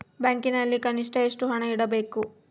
ಬ್ಯಾಂಕಿನಲ್ಲಿ ಕನಿಷ್ಟ ಎಷ್ಟು ಹಣ ಇಡಬೇಕು?